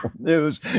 news